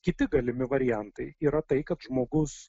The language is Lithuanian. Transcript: kiti galimi variantai yra tai kad žmogus